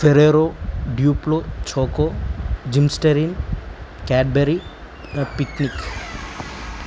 Ferrero Duplo choco జిమ్స్టెరీన్ Cadbury picnic